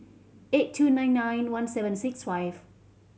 eight two nine nine one seven six five